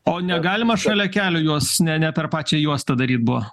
o negalima šalia kelio juos ne ne per pačią juostą daryt buvo